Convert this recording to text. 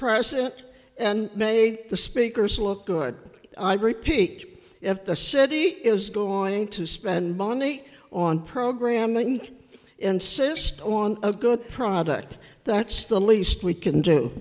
present and made the speakers look good i repeat if the city is going to spend money on programming insist on a good product that's the least we can do